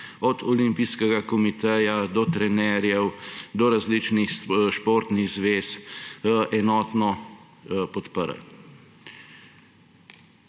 od Olimpijskega komiteja do trenerjev, do različnih športnih zvez, enotno podprli.